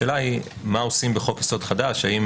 השאלה היא מה עושים בחוק יסוד חדש האם